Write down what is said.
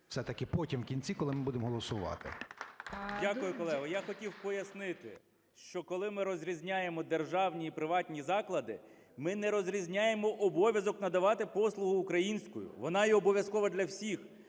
все-таки потім в кінці, коли ми будемо голосувати. 14:00:17 КНЯЖИЦЬКИЙ М.Л. Дякую, колего. Я хотів пояснити, що, коли ми розрізняємо державні і приватні заклади, ми не розрізняємо обов'язок надавати послугу українською. Вона є обов'язкова для всіх.